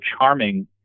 charming